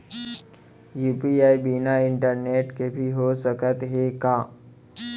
UPI बिना internet के भी हो सकत हे का?